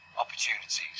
opportunities